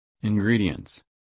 Ingredients